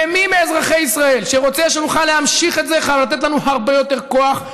ומי מאזרחי ישראל שרוצה שנוכל להמשיך את זה חייב לתת לנו הרבה יותר כוח.